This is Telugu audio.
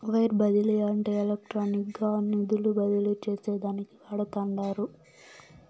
వైర్ బదిలీ అంటే ఎలక్ట్రానిక్గా నిధులు బదిలీ చేసేదానికి వాడతండారు